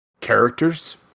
characters